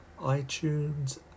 iTunes